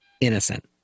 innocent